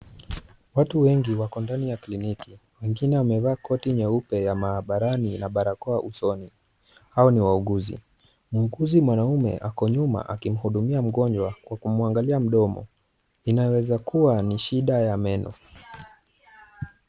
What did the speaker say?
Watu wengi wako ndani ya kliniki, wengine wamevaa koti nyeupe ya maabarani na barakoa usoni, hao ni wauguzi. Muuguzi mwanamume ako nyuma akimhudumia mgonjwa kwa kumwangalia mdomo. Inaweza kuwa ni shida ya meno.